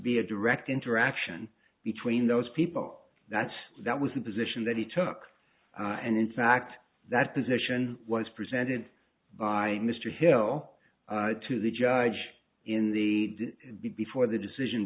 be a direct interaction between those people that's that was the position that he took and in fact that position was presented by mr hill to the judge in the days before the decision